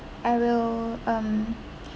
I will um